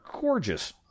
gorgeous